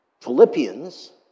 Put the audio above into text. Philippians